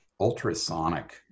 ultrasonic